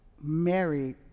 married